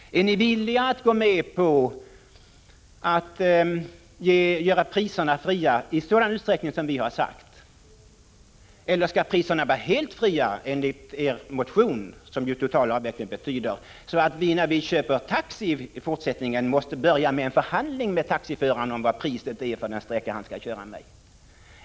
Är ni villiga att gå med på att göra priserna fria i sådan utsträckning som vi har sagt? Eller skall priserna vara helt fria, enligt er motion — för det är ju vad en total avveckling betyder — så att vi när vi köper taxi i fortsättningen måste börja med en förhandling med taxiföraren om priset för den sträcka som han skall köra?